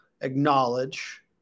acknowledge